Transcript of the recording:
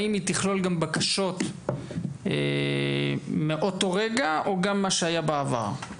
האם היא תכלול גם בקשות מאותו רגע או גם מה שהיה בעבר?